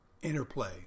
interplay